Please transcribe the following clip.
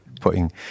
Putting